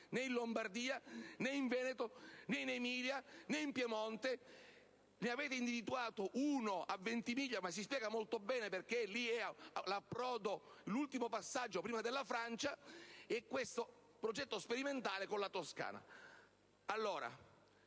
né in Lombardia, né in Veneto, né in Emilia, né in Piemonte. Ne avete individuato uno a Ventimiglia che si spiega molto bene, perché lì è l'ultimo passaggio per la Francia, e questo progetto sperimentale con la Toscana.